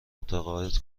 متقاعد